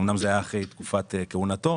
אומנם זה היה אחרי תקופת כהונתו,